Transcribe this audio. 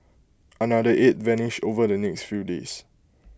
another eight vanished over the next few days